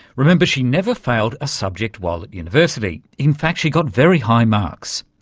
remember she never failed a subject while at university, in fact she got very high marks.